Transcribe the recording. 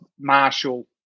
Marshall